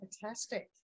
Fantastic